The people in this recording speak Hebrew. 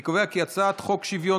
אני קובע כי הצעת חוק הצעת חוק שוויון